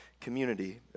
community